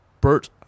Bert